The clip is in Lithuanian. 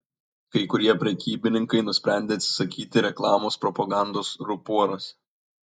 kai kurie prekybininkai nusprendė atsisakyti reklamos propagandos ruporuose